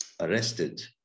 arrested